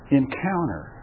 encounter